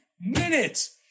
minutes